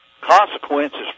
consequences